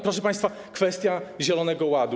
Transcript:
Proszę państwa, kwestia zielonego ładu.